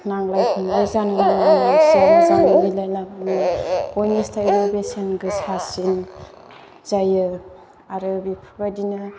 नांलाय खमलाय जानो नाङा जाय मानसिया मोजां मिलायबाबो बेसेन गोसासिन जायो आरो बेफोरबायदिनो